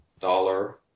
dollar